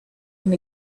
and